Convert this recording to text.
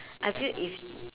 I feel if